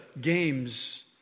games